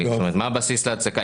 זאת אומרת, מה הבסיס להצדקה?